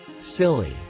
silly